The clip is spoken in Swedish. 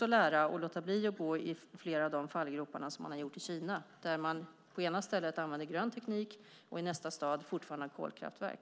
Det gäller också att låta bli att falla i flera av de fallgropar som man i Kina fallit i. På ett ställe använder man grön teknik, medan man i nästa stad fortfarande har kolkraftverk.